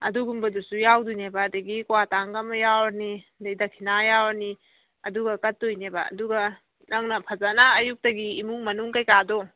ꯑꯗꯨꯒꯨꯝꯕꯗꯨꯁꯨ ꯌꯥꯎꯒꯗꯣꯏꯅꯦꯕ ꯑꯗꯒꯤ ꯀ꯭ꯋꯥ ꯇꯥꯡꯒ ꯑꯃ ꯌꯥꯎꯔꯅꯤ ꯑꯗꯒꯤ ꯗꯥꯈꯤꯅꯥ ꯌꯥꯎꯔꯅꯤ ꯑꯗꯨꯒ ꯀꯠꯇꯣꯏꯅꯦꯕ ꯑꯗꯨꯒ ꯅꯪꯅ ꯐꯖꯅ ꯑꯌꯨꯛꯇꯒꯤ ꯏꯃꯨꯡ ꯃꯅꯨꯡ ꯀꯔꯤ ꯀꯔꯥꯗꯣ